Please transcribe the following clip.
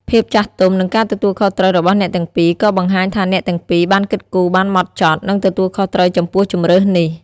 ភាពចាស់ទុំ និងការទទួលខុសត្រូវរបស់អ្នកទាំងពីរ ក៏បង្ហាញថាអ្នកទាំងពីរបានគិតគូរបានហ្មត់ចត់ និងទទួលខុសត្រូវចំពោះជម្រើសនេះ។